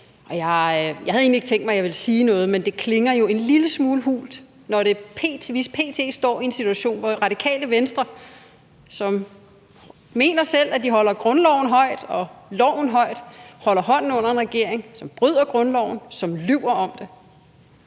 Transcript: Jeg havde egentlig ikke tænkt mig, at jeg ville sige noget, men det klinger jo en lille smule hult, når vi p.t. står i en situation, hvor Radikale Venstre, som selv mener, at de sætter grundloven og loven højt, holder hånden under en regering, som bryder grundloven, og som lyver om det.